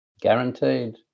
Guaranteed